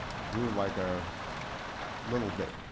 grew, like, a little bit.